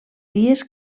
dies